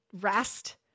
rest